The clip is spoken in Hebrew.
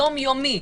היומיומי,